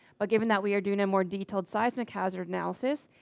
but given that we are doing a more detailed seismic hazard analysis,